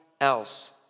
else